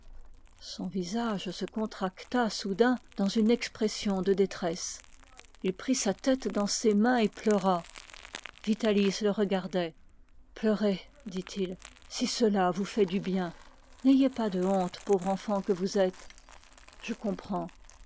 son visage se contracta dans une expression de détresse il prit sa tête dans ses mains et pleura vitalis le regardait pleurez si cela vous fait du bien n'ayez pas de honte pauvre enfant que vous êtes